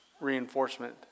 reinforcement